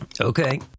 okay